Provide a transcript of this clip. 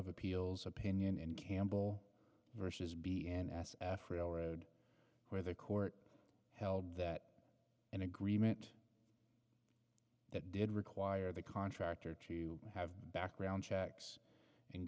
of appeals opinion in campbell vs be an ass railroad where the court held that an agreement that did require the contractor to have background checks and